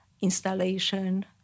installation